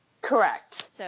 Correct